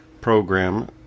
program